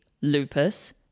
lupus